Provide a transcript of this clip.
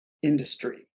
industry